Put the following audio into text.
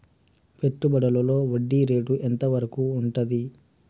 పెట్టుబడులలో వడ్డీ రేటు ఎంత వరకు ఉంటది?